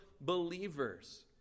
believers